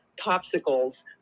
popsicles